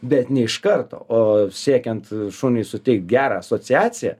bet ne iš karto o siekiant šuniui suteikti gerą asociaciją